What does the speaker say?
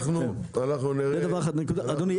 אדוני,